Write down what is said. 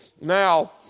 Now